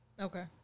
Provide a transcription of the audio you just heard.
Okay